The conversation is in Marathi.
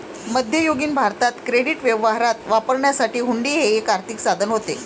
मध्ययुगीन भारतात क्रेडिट व्यवहारात वापरण्यासाठी हुंडी हे एक आर्थिक साधन होते